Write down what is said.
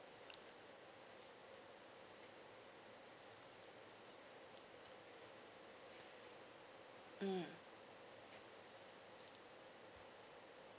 mm